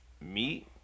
meet